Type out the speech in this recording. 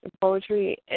poetry